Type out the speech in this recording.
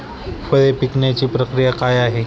फळे पिकण्याची प्रक्रिया काय आहे?